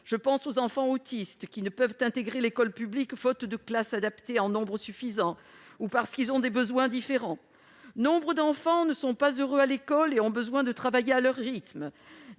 également aux enfants autistes qui ne peuvent intégrer l'école publique, faute de classes adaptées en nombre suffisant, ou bien parce qu'ils ont des besoins différents. Nombre d'enfants ne sont pas heureux à l'école et ont besoin de travailler à leur rythme.